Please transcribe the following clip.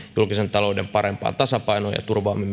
talouden parempaan tasapainoon ja turvaamme